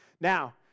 Now